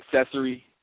accessory